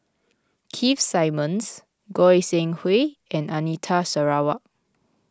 Keith Simmons Goi Seng Hui and Anita Sarawak